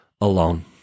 alone